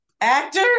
actor